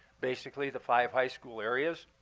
basically the five high school areas.